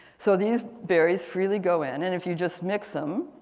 so these berries freely go in and if you just mix them,